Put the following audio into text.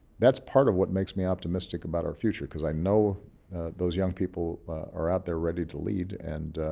that's part of what makes me optimistic about our future because i know those young people are out there ready to lead, and